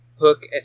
hook